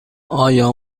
آیا